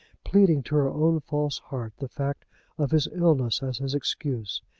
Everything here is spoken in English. pleading to her own false heart the fact of his illness as his excuse.